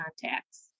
contacts